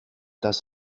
das